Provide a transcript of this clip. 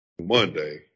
Monday